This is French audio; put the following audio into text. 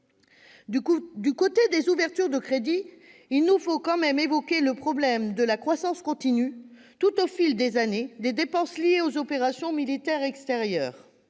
Du côté des ouvertures de crédits, il nous faut quand même évoquer le problème de la croissance continue, au fil des années, des dépenses liées aux opérations militaires extérieures,